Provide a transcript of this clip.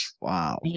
Wow